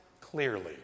clearly